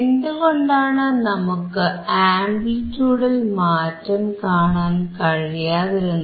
എന്തുകൊണ്ടാണ് നമുക്ക് ആംപ്ലിറ്റിയൂഡിൽ മാറ്റം കാണാൻ കഴിയാതിരുന്നത്